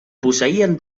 posseïen